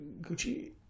Gucci